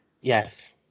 Yes